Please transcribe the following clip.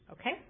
Okay